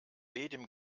dem